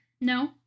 No